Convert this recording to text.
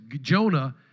Jonah